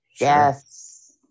Yes